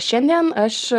šiandien aš